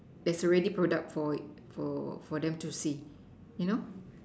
there's already product for for for them to see you know